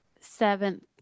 seventh